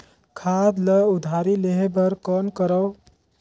खाद ल उधारी लेहे बर कौन करव?